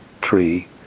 tree